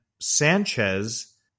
Sanchez